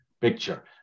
picture